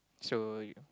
so you